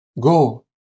go